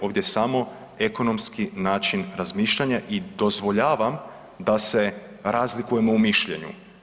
Ovdje samo ekonomski način razmišljanja i dozvoljavam da se razlikujemo u mišljenju.